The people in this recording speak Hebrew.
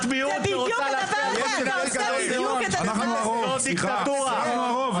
את מיעוט ואת רוצה לעשות --- לימור סון הר מלך